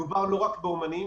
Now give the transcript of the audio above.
מדובר לא רק באומנים,